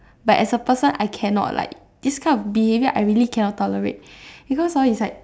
but as a person I cannot like this kind of behaviour I really cannot tolerate because hor is like